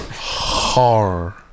Horror